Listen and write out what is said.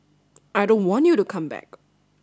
I don't want you to come back